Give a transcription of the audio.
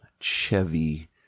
Chevy